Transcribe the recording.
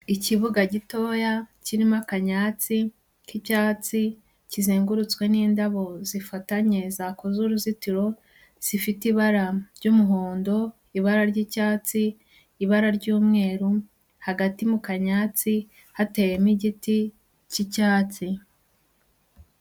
Ikibuga gitoya kirimo akanyatsi k'icyatsi kizengurutswe n'indabo zifatanye zakoze uruzitiro zifite ibara ry'umuhondo, ibara ry'icyatsi, ibara ry'umweru, hagati mu kanyatsi hateyemo igiti cy'icyatsi.